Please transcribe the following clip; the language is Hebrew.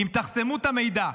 אם תחסמו את המידע,